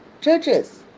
churches